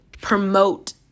promote